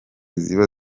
ziba